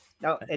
no